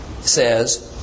says